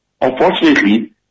Unfortunately